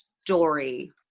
story